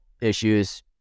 issues